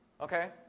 okay